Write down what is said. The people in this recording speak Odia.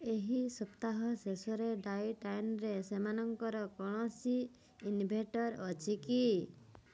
ଏହି ସପ୍ତାହ ଶେଷରେ ଡାଉନ୍ ଟାଉନ୍ରେ ସେମାନଙ୍କର କୌଣସି ଇନଭେଟର୍ ଅଛି କି